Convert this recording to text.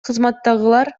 кызматтагылар